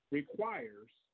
requires